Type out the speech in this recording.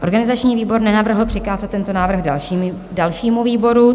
Organizační výbor nenavrhl přikázat tento návrh dalšímu výboru.